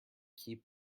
keep